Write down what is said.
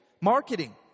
marketing